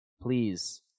please